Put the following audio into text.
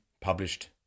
published